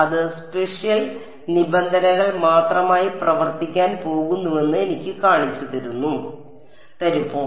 അത് സ്പേഷ്യൽ നിബന്ധനകൾ മാത്രമായി പ്രവർത്തിക്കാൻ പോകുന്നുവെന്ന് എനിക്ക് കാണിച്ചു തരുമോ